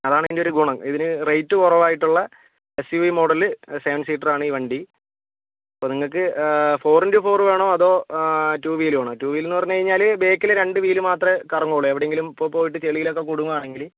അതാണ് അതിൻറ്റെ ഒരു ഗുണം ഇതിനും റേറ്റ് കുറവായിട്ടുള് എസ്യുവി മോഡല് സെവൻ സിറ്ററാണ് ഈ വണ്ടി ഇപ്പം നിങ്ങൾക്ക് ഫോർ ഇൻടു ഫോർ വേണോ അതോ ടു വീല് വേണോ ടു വീൽന്ന് പറഞ്ഞു കഴിഞ്ഞാല് ബാക്കിലെ രണ്ടു വീല് മാത്രമേ കറങ്ങുള്ളൂ എവിടേങ്കിലും ഇപ്പോൾ പോയിട്ട് ചെളിയിലൊക്കെ കുടുങ്ങുവാണെങ്കില്